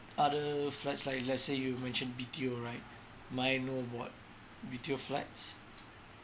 other flats like let's say you've mentioned BTO right may I know about B_T_O flats